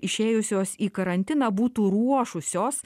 na išėjusios į karantiną būtų ruošusios